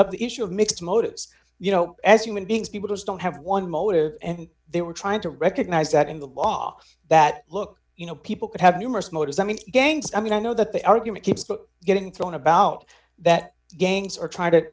of the issue of mixed motives you know as human beings people just don't have one motive and they were trying to recognize that in the law that look you know people could have numerous motives i mean gangs i mean i know that the argument keeps but getting thrown about that gangs are try